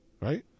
Right